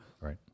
Right